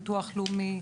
ביטוח לאומי,